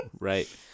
Right